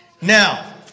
Now